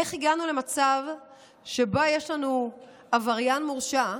איך הגענו למצב שבו יש לנו עבריין מורשע,